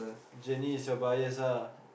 Jennie your bias ah